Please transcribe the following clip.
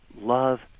love